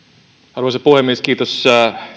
arvoisa puhemies kiitos